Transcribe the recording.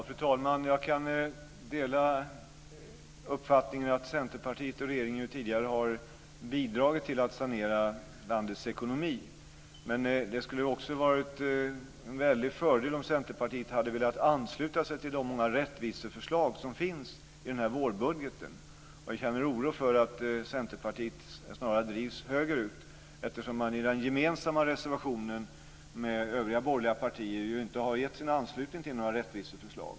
Fru talman! Jag kan dela uppfattningen att Centerpartiet och regeringen tidigare har bidragit till att sanera landets ekonomi. Men det hade också varit en väldig fördel om Centerpartiet hade velat ansluta sig till de många rättviseförslag som finns i vårbudgeten. Jag känner oro för att Centerpartiet snarare drivs högerut eftersom man i den gemensamma reservationen med övriga borgerliga partier inte har gett sin anslutning till några rättviseförslag.